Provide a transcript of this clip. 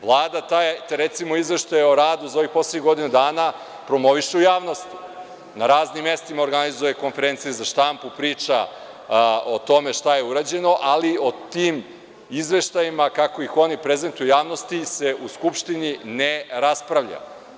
Vlada taj izveštaj o radu, za ovih poslednjih godinu dana, promoviše u javnosti, na raznim mestima organizuje konferencije za štampu, priča o tome šta je urađeno, ali o tim izveštajima, kako ih oni prezentuju javnosti, se u Skupštini ne raspravlja.